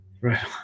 Right